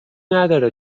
نداره